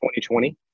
2020